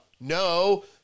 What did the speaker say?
no